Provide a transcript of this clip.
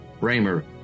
Raymer